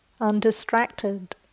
Undistracted